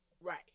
Right